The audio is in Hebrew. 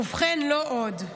"ובכן, לא עוד.